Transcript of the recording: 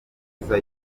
nziza